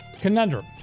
Conundrum